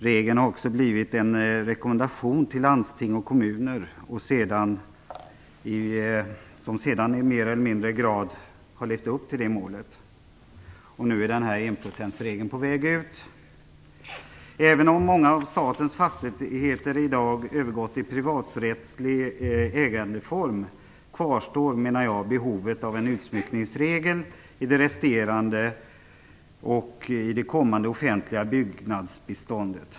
Regeln har också blivit en rekommendation till landsting och kommuner, vilka sedan i högre eller mindre grad har levt upp till det målet. Nu är enprocentsregeln på väg att försvinna. Även om många av statens fastigheter i dag har övergått till privaträttslig ägandeform kvarstår behovet av en utsmyckningsregel i det resterande och i det kommande offentliga byggnadsbeståndet.